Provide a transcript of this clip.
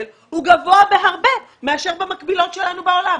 הוא גבוה בהרבה מאשר במקבילות שלנו בעולם,